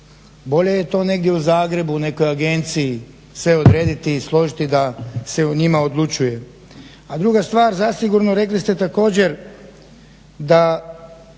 Bolje je to negdje u Zagrebu u nekoj agenciji sve odrediti i složiti da se o njima odlučuje. A druga stvar zasigurno, rekli ste također da